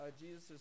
Jesus